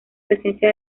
presencia